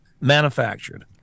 manufactured